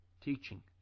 teaching